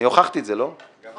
הוכחתי את זה בלא